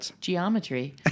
geometry